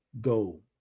go